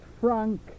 Frank